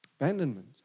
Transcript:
Abandonment